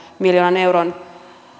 miljoonan euron